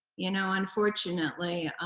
you know, unfortunately,